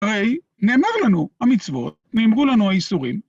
הרי, נאמר לנו המצוות, נאמרו לנו האיסורים.